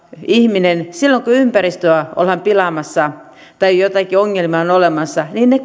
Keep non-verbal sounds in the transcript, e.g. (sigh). ihminen silloin kun ympäristöä ollaan pilaamassa tai jotakin ongelmaa on olemassa korjaa ne (unintelligible)